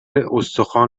استخوان